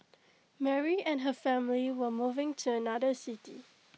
Mary and her family were moving to another city